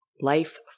life